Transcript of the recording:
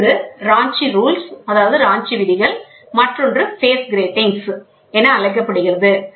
ஒன்று ரோஞ்சி விதிகள் மற்றொன்று ஃபேஸ் கிராட்டிங்ஸ் என அழைக்கப்படுகிறது